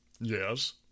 Yes